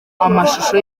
amashusho